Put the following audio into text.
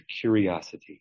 curiosity